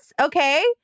Okay